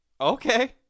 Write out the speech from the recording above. Okay